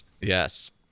yes